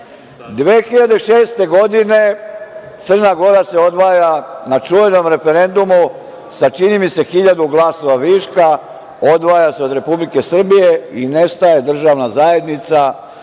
2006. Crna Gora se odvaja na čuvenom referendumu sa, čini mi se, 1.000 glasova viška. Odvaja se od Republike Srbije i nestaje državna zajednica koja